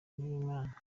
w’imana